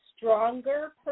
stronger